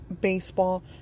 baseball